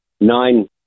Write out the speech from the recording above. nine